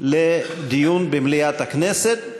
לדיון במליאת הכנסת.